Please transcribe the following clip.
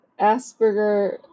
Asperger